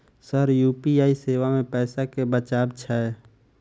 Sir UPI सेवा मे पैसा केँ बचाब छैय?